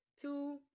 two